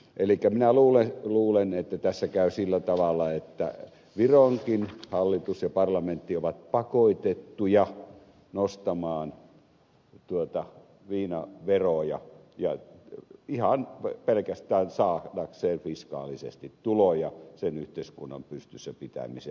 elikkä minä luulen että tässä käy sillä tavalla että vironkin hallitus ja parlamentti ovat pakotettuja nostamaan viinaveroja ihan pelkästään saadakseen fiskaalisesti tuloja sen yhteiskunnan pystyssä pitämiseen